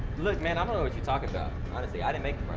look man, i don't know what you're talking about. honestly, i didn't make